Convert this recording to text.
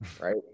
right